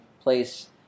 place